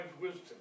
wisdom